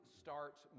starts